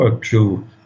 true